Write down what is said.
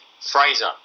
Fraser